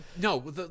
no